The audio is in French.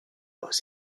aux